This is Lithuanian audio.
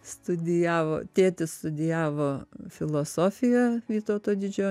studijavo tėtis studijavo filosofiją vytauto didžiojo